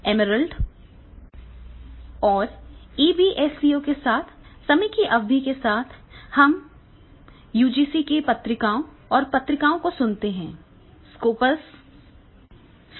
emerald और EBSCO के साथ समय की अवधि के साथ अब हम यूजीसी की पत्रिकाओं और पत्रिकाओं को सुनते हैं स्कोपस सूचीबद्ध पत्रिकाएँ हैं